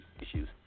issues